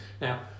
Now